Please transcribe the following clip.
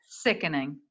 Sickening